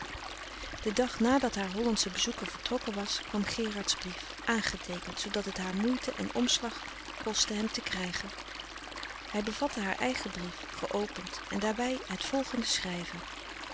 den dag nadat haar hollandsche bezoeker vertrokken was kwam gerards brief aangeteekend zoodat het haar frederik van eeden van de koele meren des doods moeite en omslag kostte hem te krijgen hij bevatte haar eigen brief geopend en daarbij het volgende schrijven